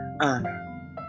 honor